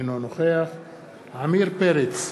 אינו נוכח עמיר פרץ,